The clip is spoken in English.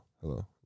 Hello